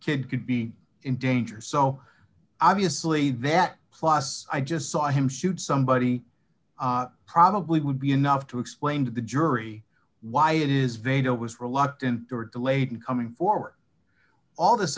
it could be in danger so obviously that plus i just saw him shoot somebody probably would be enough to explain to the jury why it is they don't was reluctant or delayed in coming forward all this